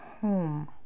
home